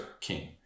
King